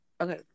Okay